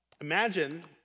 Imagine